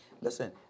Listen